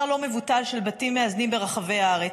לא מבוטל של בתים מאזנים ברחבי הארץ.